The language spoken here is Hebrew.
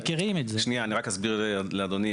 שנייה אני רק אסביר לאדוני,